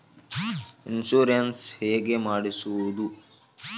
Insurance ಹೇಗೆ ಮಾಡಿಸುವುದು?